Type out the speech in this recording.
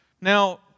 Now